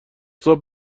صبح